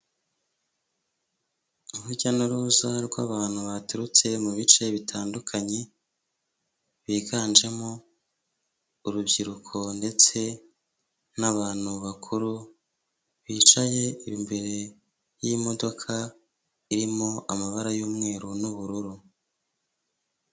Urujya n'uruza rw'abantu baturutse mu bice bitandukanye biganjemo urubyiruko ndetse n'abantu bakuru, bicaye imbere y'imodoka irimo amabara y'umweru n'ubururu.